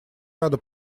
рада